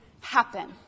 happen